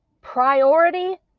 priority